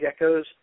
geckos